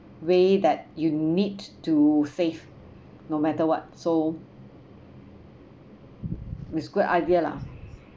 way that you need to save no matter what so is good idea lah